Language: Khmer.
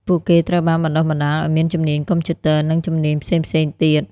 ពួកគេត្រូវបានបណ្តុះបណ្តាលឱ្យមានជំនាញកុំព្យូទ័រ និងជំនាញផ្សេងៗទៀត។